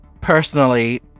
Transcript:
Personally